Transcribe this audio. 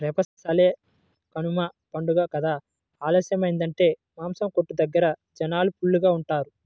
రేపసలే కనమ పండగ కదా ఆలస్యమయ్యిందంటే మాసం కొట్టు దగ్గర జనాలు ఫుల్లుగా ఉంటారు